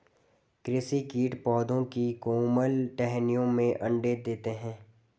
कृषि कीट पौधों की कोमल टहनियों में अंडे देते है